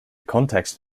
context